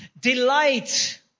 delight